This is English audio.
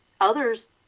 Others